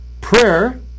prayer